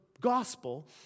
gospel